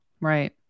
Right